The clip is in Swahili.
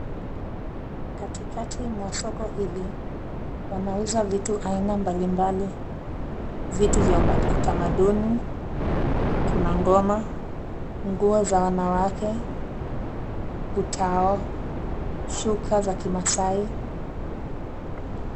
Katikati mwa soko hili, wanauza vitu aina mbalimbali, vitu vya utamaduni. Kuna ngoma, nguo za wanawake, utao, shuka za kimasai.